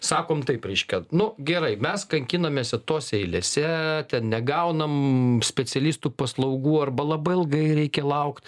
sakom taip reiškia nu gerai mes kankinamėse tose eilėse ten negaunam specialistų paslaugų arba labai ilgai reikia laukt